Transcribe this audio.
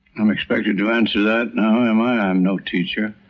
i'm expected to answer that now, am i? i'm no teacher.